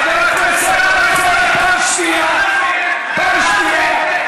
חבר הכנסת, אני קורא אותך לסדר פעם שנייה.